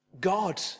God